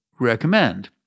recommend